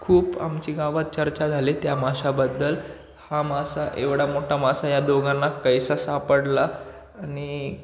खूप आमची गावात चर्चा झाली त्या माशाबद्दल हा मासा एवढा मोठा मासा या दोघांना कसा सापडला आणि